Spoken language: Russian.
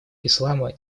ислама